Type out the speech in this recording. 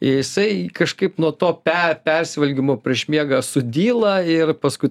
jisai kažkaip nuo to pe persivalgymo prieš miegą sudyla ir paskui